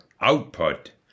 output